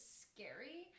scary